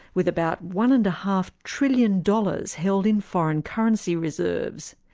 with about one-and-a-half-trillion dollars held in foreign currency reserves.